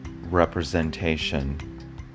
representation